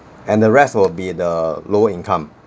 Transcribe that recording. and the rest will be the lower income